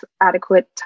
adequate